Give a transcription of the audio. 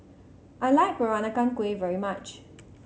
I like Peranakan Kueh very much